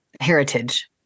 heritage